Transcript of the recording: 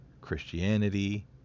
Christianity